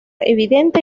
evidente